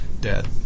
dead